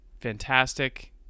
fantastic